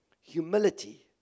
Humility